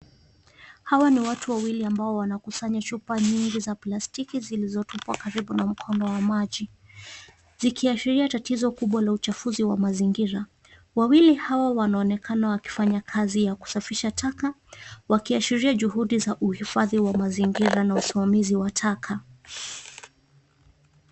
Hawa ni watu wawili ambao wanakusanya chupa hizi za plastiki zilizotupwa karibu na mkondo wa maji zikiashiria tatizo kubwa la uchafuzi wa mazingira wawili hawa wanaonekana wakifanya kazi ya kusafisha taka wakiashiria juhudi za uhifadhi wa mazingira na usimamizi wa taka.